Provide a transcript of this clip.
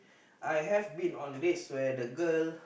I have been on dates where the girl